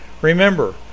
Remember